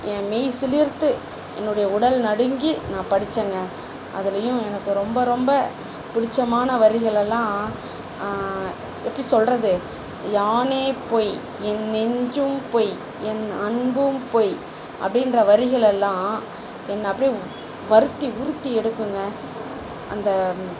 என் மெய்சிலிர்த்து என்னுடைய உடல் நடுங்கி நான் படிச்சேங்க அதுலேயும் எனக்கு ரொம்ப ரொம்ப பிடிச்சமான வரிகளெல்லாம் எப்படி சொல்கிறது யாமே பொய் என் நெஞ்சும் பொய் என் அன்பும் பொய் அப்படின்ற வரிகளெல்லாம் என்ன அப்படியே வருத்தி உறுத்தி எடுக்குங்க அந்த